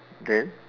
then